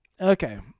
Okay